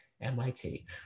MIT